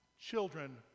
children